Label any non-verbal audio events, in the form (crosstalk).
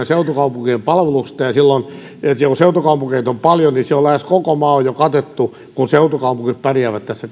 (unintelligible) seutukaupunkien palveluista ja jos seutukaupunkeja on paljon niin silloin on jo lähes koko maa katettu kun seutukaupungit pärjäävät tässä (unintelligible)